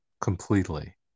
Completely